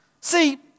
See